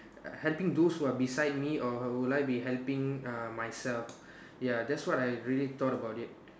helping those who are beside me or would I be helping uh myself ya that's what I really thought about it